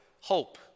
hope